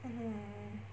mmhmm